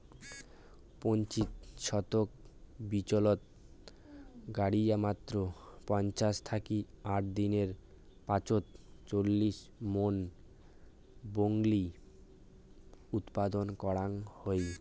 পত্যি শতক বিচন গাড়িয়া মাত্র পঞ্চাশ থাকি ষাট দিন পাছত চল্লিশ মন ব্রকলি উৎপাদন করাং হই